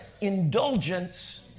Indulgence